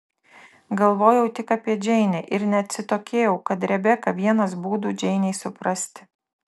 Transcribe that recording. galvojau tik apie džeinę ir neatsitokėjau kad rebeka vienas būdų džeinei suprasti